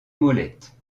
molettes